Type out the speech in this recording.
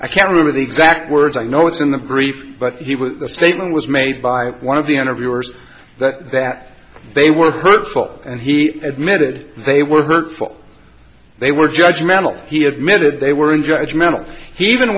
i can't remember the exact words i know it's in the brief but he was the statement was made by one of the interviewers that that they were hurtful and he admitted they were hurtful they were judgment he admitted they were in judgment he even